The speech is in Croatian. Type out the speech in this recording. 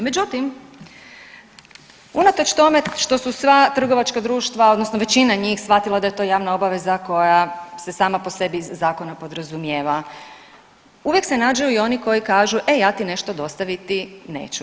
Međutim, unatoč tome što su sva trgovačka društva odnosno većina njih je shvatila da je to javna obaveza koja se sama po sebi iz zakona podrazumijeva uvijek se nađu i oni kažu, e ja ti nešto dostaviti neću.